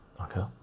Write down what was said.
okay